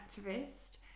activist